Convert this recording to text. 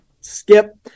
skip